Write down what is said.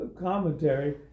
commentary